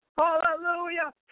Hallelujah